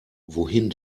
wohin